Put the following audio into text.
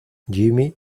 jimmy